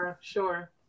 Sure